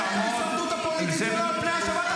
יש לכם דם על הידיים.